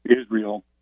Israel